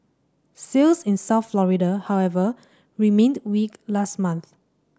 sales in South Florida however remained weak last month